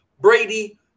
Brady